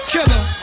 Killer